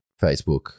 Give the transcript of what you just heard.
Facebook